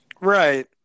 Right